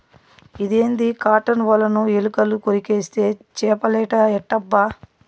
ఇదేంది కాటన్ ఒలను ఎలుకలు కొరికేస్తే చేపలేట ఎట్టబ్బా